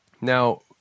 Now